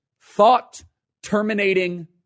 thought-terminating